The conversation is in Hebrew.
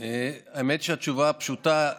האמת שהתשובה הפשוטה: